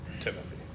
Timothy